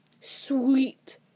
sweet